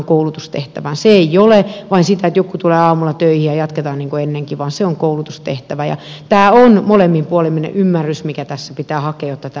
se ei ole vain sitä että joku tulee aamulla töihin ja jatketaan niin kuin ennenkin vaan se on koulutustehtävä ja tämä on molemminpuolinen ymmärrys mikä tässä pitää hakea jotta tämä homma toimii